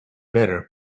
better